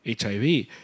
HIV